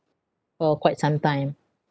for quite some time